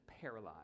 paralyzed